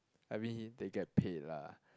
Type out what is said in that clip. I mean he they get paid lah